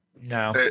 No